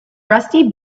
rusty